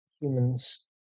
humans